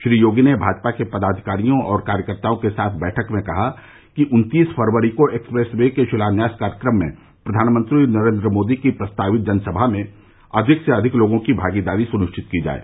श्री योगी ने भाजपा के पदाधिकारियों और कार्यकर्ताओं के साथ बैठक में कहा कि उन्तीस फरवरी को एक्सप्रेस वे के शिलान्यास कार्यक्रम में प्रधानमंत्री नरेन्द्र मोदी की प्रस्तावित जनसभा में अधिक से अधिक लोगों की भागीदारी सुनिश्चित की जाये